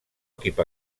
equip